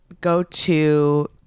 go-to